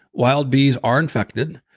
wild bees are infected.